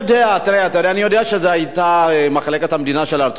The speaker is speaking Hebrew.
אני יודע שמחלקת המדינה של ארצות-הברית,